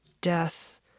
death